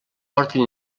porten